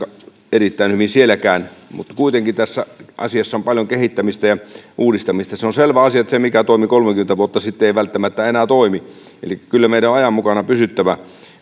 erittäin hyvin sielläkään mutta kuitenkin tässä asiassa on paljon kehittämistä ja uudistamista se on selvä asia että se mikä toimi kolmekymmentä vuotta sitten ei välttämättä enää toimi eli kyllä meidän on ajan mukana pysyttävä